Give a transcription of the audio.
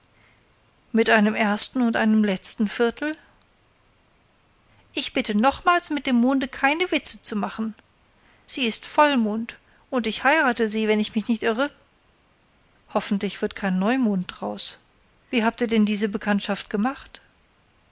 mit einem ersten und einem letzten viertel ich bitte nochmals mit dem monde keine witze zu machen sie ist vollmond und ich heirate sie wenn ich mich nicht irre hoffentlich wird kein neumond draus wie habt ihr denn diese bekanntschaft gemacht